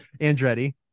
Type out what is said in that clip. Andretti